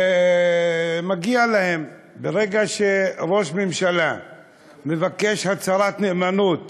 ומגיע להם, ברגע שראש ממשלה מבקש הצהרת נאמנות